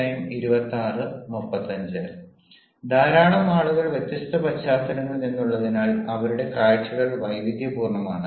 ധാരാളം ആളുകൾ വ്യത്യസ്ത പശ്ചാത്തലങ്ങളിൽ നിന്നുള്ളതിനാൽ അവരുടെ കാഴ്ചകൾ വൈവിധ്യപൂർണ്ണമാണ്